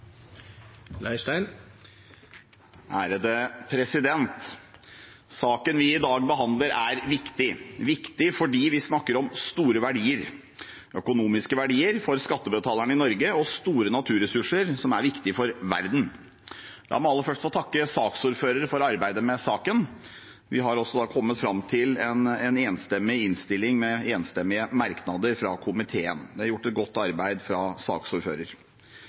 er viktig fordi vi snakker om store verdier – økonomiske verdier for skattebetalerne i Norge og store naturressurser som er viktige for verden. La meg aller først få takke saksordføreren for arbeidet med saken. Vi har kommet fram til en enstemmig innstilling med enstemmige merknader fra komiteen. Det er gjort et godt arbeid fra